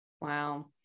Wow